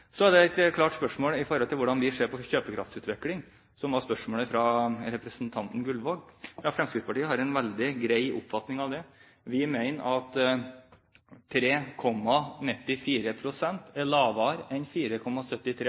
Så var det et klart spørsmål om hvordan vi ser på kjøpekraftsutviklingen, som var et spørsmål fra representanten Gullvåg. Fremskrittspartiet har en veldig grei oppfatning av det: Vi mener at 3,94 pst. er lavere enn 4,73